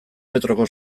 metroko